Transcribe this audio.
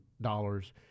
dollars